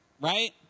right